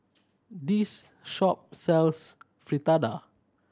this shop sells Fritada